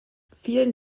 vielen